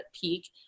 peak